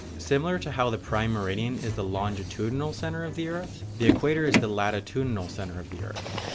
similar to how the prime meridian is the longitudinal center of the earth, the equator is the latitudinal center of the earth.